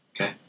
Okay